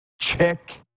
Chick